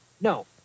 no